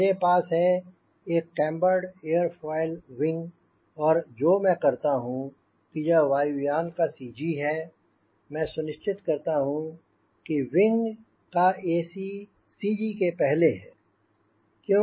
मेरे पास है एक कैंबर्ड एयरफॉयल विंग और जो मैं करता हूँ कि यह वायु यान का CG है मैं सुनिश्चित करता हूँ कि विंग का ac CG के पहले है